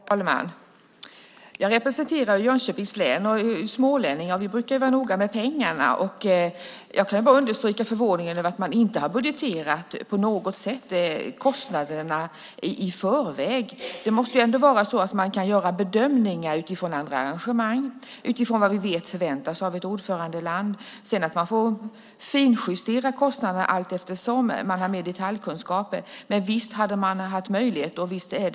Herr talman! Jag representerar Jönköpings län och är smålänning. Vi brukar vara noga med pengarna. Jag kan bara understryka förvåningen över att man inte på något sätt har budgeterat kostnaderna i förväg. Det måste ändå vara så att man kan göra bedömningar utifrån andra arrangemang och utifrån vad vi vet förväntas av ett ordförandeland. Sedan får man finjustera kostnaderna allteftersom man har mer detaljkunskaper. Men visst har man haft möjlighet att bedöma det.